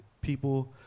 people